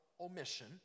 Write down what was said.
omission